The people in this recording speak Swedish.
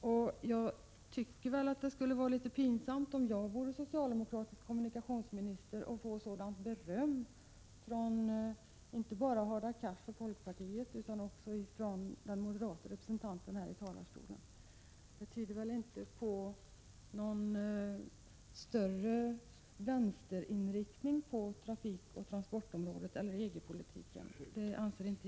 Om jag vore socialdemokratisk kommunikationsminister skulle jag tycka att det var litet pinsamt att få ett sådant beröm inte bara från Hadar Cars och folkpartiet utan också från den moderate representanten. I varje fall anser jag inte att berömmet tyder på någon större vänsterinriktning på trafikoch transportområdet eller i fråga om EG politiken.